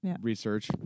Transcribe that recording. research